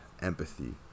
empathy